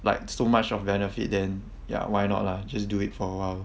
like so much of benefit then ya why not lah just do it for awhile